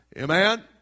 Amen